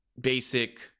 basic